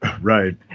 Right